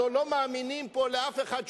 הרי לא מאמינים לאף אחד: